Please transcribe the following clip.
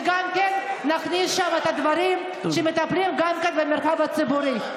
וגם נכניס שם את הדברים שמטפלים בהם גם במרחב הציבורי,